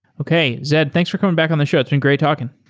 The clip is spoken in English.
okay. zayd, thanks for coming back on the show. it's been great talking.